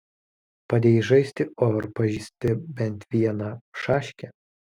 pradėjai žaisti o ar pažįsti bent vieną šaškę